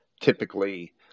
typically